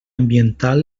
ambiental